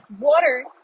Water